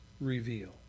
reveal